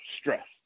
stress